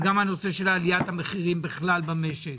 וגם הנושא של עליית המחירים בכלל במשק,